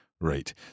Right